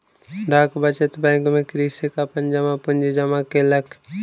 डाक बचत बैंक में कृषक अपन जमा पूंजी जमा केलक